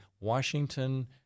Washington